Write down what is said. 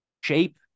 shape